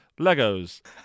Legos